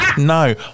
no